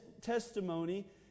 testimony